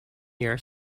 year